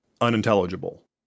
unintelligible